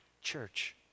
church